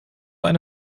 eine